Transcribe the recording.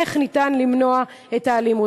איך ניתן למנוע את האלימות.